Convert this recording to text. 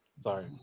Sorry